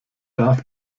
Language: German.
darf